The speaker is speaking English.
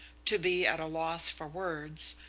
to be at a loss for words,